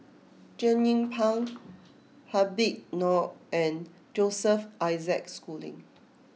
Jernnine Pang Habib Noh and Joseph Isaac Schooling